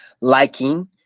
liking